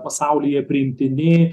pasaulyje priimtini